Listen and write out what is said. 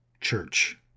church